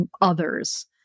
others